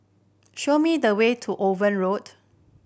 show me the way to Owen Road